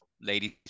ladies